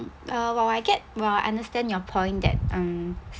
uh while I get while I understand your point that um